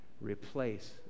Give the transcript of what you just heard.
replace